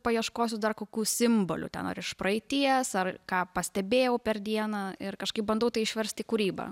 bet paieškosiu dar simbolių ten ar iš praeities ar ką pastebėjau per dieną ir kažkaip bandau tai išverst į kūrybą